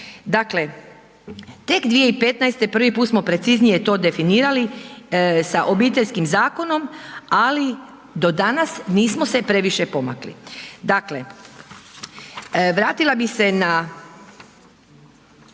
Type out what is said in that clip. Dakle, tek 2015. prvi put smo preciznije to definirali sa Obiteljskim zakonom, ali do danas nismo se previše pomakli. Dakle, vratila bih se na,